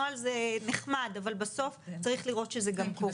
נוהל זה נחמד אבל בסוף צריך לראות שזה גם קורה.